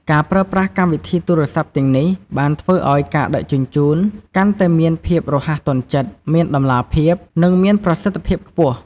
ការប្រើប្រាស់កម្មវិធីទូរស័ព្ទទាំងនេះបានធ្វើឱ្យការដឹកជញ្ជូនកាន់តែមានភាពរហ័សទាន់ចិត្ត មានតម្លាភាព និងមានប្រសិទ្ធភាពខ្ពស់។